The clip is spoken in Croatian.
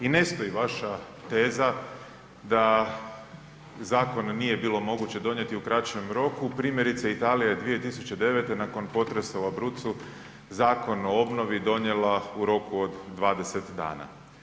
I ne stoji vaša teza da zakon nije bilo moguće donijeti u kraćem roku primjerice Italija je 2009. nakon potresa u Abruzzu Zakon o obnovi donijela u roku od 20 dana.